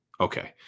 Okay